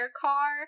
car